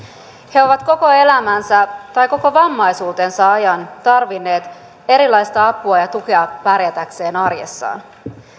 he ovat koko elämänsä tai koko vammaisuutensa ajan tarvinneet erilaista apua ja ja tukea pärjätäkseen arjessaan